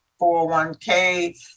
401k